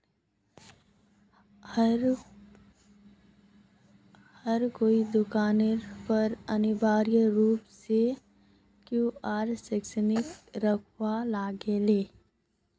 हरेक दुकानेर पर अनिवार्य रूप स क्यूआर स्कैनक रखवा लाग ले